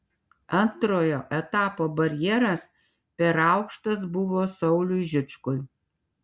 antrojo etapo barjeras per aukštas buvo sauliui žičkui